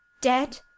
Dead